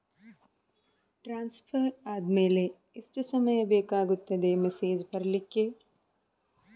Transfer ಆದ್ಮೇಲೆ ಎಷ್ಟು ಸಮಯ ಬೇಕಾಗುತ್ತದೆ ಮೆಸೇಜ್ ಬರ್ಲಿಕ್ಕೆ?